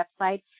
website